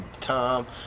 time